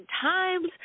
times